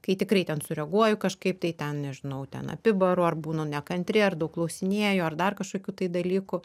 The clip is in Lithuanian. kai tikrai ten sureaguoju kažkaip tai ten nežinau ten apibaru ar būnu nekantri ar daug klausinėju ar dar kažkokių tai dalykų